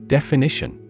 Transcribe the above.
Definition